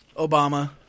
Obama